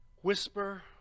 Whisper